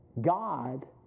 God